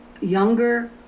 younger